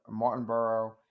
Martinborough